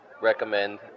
recommend